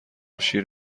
شیر